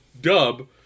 dub